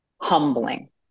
humbling